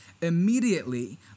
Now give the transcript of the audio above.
Immediately